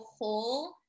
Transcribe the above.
whole